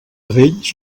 vells